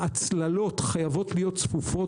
ההצללות חייבות להיות צפופות,